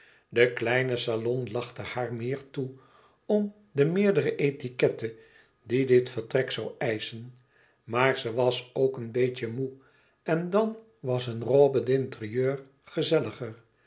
de kleine salon lachte haar meer toe om de meerdere etiquette die dit vertrek zoû eischen maar ze was ook een beetje moê en dan was een robe d intérieur gezelliger